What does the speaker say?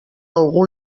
algú